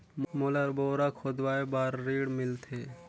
मोला बोरा खोदवाय बार ऋण मिलथे?